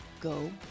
Go